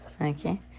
Okay